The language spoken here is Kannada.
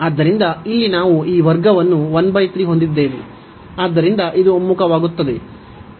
ಆದ್ದರಿಂದ ಇಲ್ಲಿ ನಾವು ಈ ವರ್ಗವನ್ನು 13 ಹೊಂದಿದ್ದೇವೆ ಆದ್ದರಿಂದ ಇದು ಒಮ್ಮುಖವಾಗುತ್ತದೆ